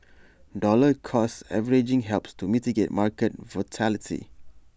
dollar cost averaging helps to mitigate market volatility